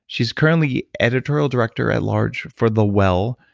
she's currently editorial director at large for the well,